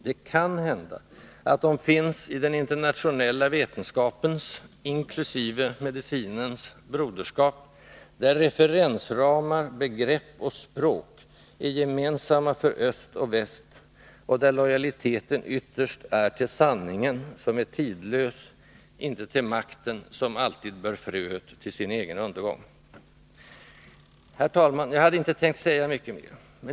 Det kan hända att de finns i den internationella vetenskapens — däribland medicinens — broderskap, där referensramar, begrepp och språk är gemensamma för öst och väst, och där lojaliteten ytterst är till sanningen, som är tidlös, inte till makten, som alltid bär fröet till sin egen undergång. Herr talman! Jag hade inte tänkt säga mycket mera.